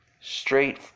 straight